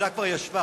הוועדה כבר ישבה